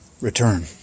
return